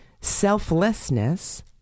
Selflessness